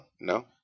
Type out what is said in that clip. no